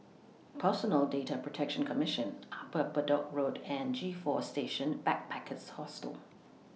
Personal Data Protection Commission Upper Bedok Road and G four Station Backpackers Hostel